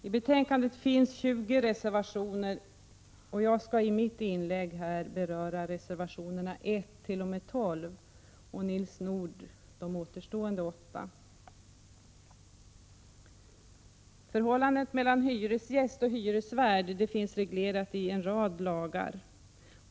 I betänkandet finns 20 reservationer, och jag skall i mitt inlägg beröra reservationerna 1—12 och Nils Nordh de återstående åtta. Förhållandet mellan hyresgäst och hyresvärd finns reglerat i en rad lagar.